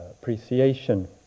appreciation